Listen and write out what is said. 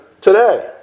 today